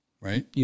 right